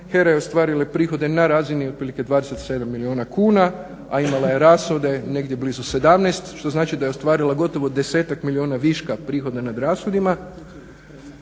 HERA je ostvarila prihode na razini otprilike 27 milijuna kuna, a imala je rashode negdje blizu 17 što znači da je ostvarila gotovo 10-tak milijuna viška prihoda nad rashodima.